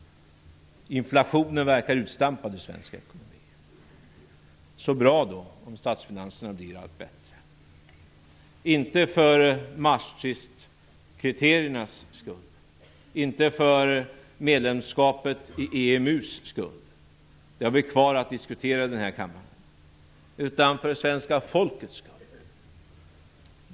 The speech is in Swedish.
Inflationen verkar utstampad ur svensk ekonomi. Så bra då om statsfinanserna blir allt bättre, inte för Maastrichtkriteriernas skull, inte för EMU medlemskapets skull - det har vi kvar att diskutera här i kammaren - utan för svenska folkets skull.